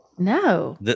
No